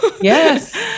Yes